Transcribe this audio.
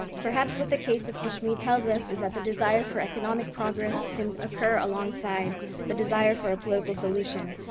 perhaps what the case of kashmir tells us is that the desire for economic progress can occur alongside the desire for a political solution.